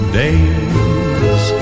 days